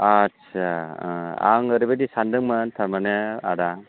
आच्चा आं ओरैबायदि सानदोंमोन थारमाने आदा